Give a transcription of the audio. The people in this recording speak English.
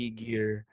gear